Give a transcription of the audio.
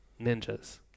Ninjas